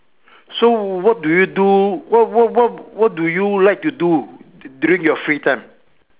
so what do you do what what what what do you like to do during your free time